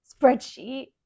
spreadsheet